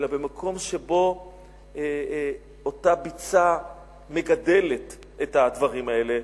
אלא במקום שבו אותה ביצה מגדלת את הדברים האלה?